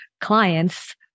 clients